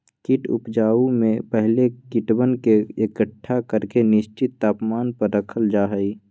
कीट उपजाऊ में पहले कीटवन के एकट्ठा करके निश्चित तापमान पर रखल जा हई